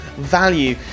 value